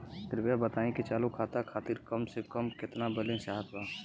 कृपया बताई कि चालू खाता खातिर कम से कम केतना बैलैंस चाहत बा